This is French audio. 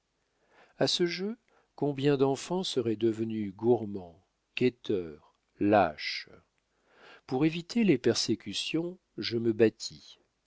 a ce jeu combien d'enfants seraient devenus gourmands quêteurs lâches pour éviter les persécutions je me battis